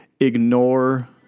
ignore